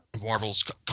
Marvels